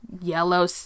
yellow